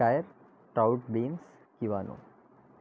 caviar trout beans quinoa